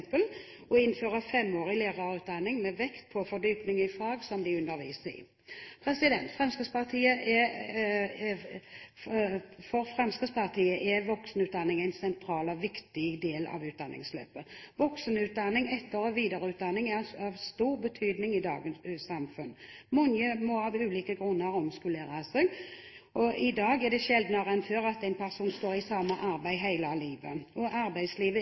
og innføre 5-årig lærerutdanning med vekt på fordypning i fag som de underviser i. For Fremskrittspartiet er voksenutdanningen en sentral og viktig del av utdanningsløpet. Voksenutdanning, etter- og videreutdanning er av stor betydning i dagens samfunn. Mange må av ulike grunner omskolere seg, og i dag er det sjeldnere enn før at en person står i samme arbeid hele livet, og arbeidslivet